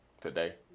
Today